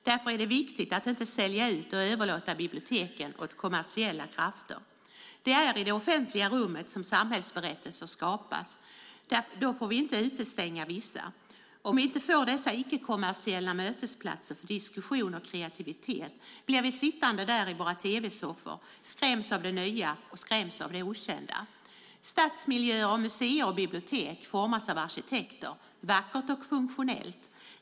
Därför är det viktigt att inte sälja ut och överlåta biblioteken åt kommersiella krafter. Det är i det offentliga rummet som samhällsberättelser skapas. Då får vi inte utestänga vissa. Om vi inte får dessa icke-kommersiella mötesplatser för diskussion och kreativitet blir vi sittande i våra tv-soffor och skräms av det nya och skräms av det okända. Stadsmiljöer, museer och bibliotek formas av arkitekter - vackert och funktionellt.